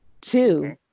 Two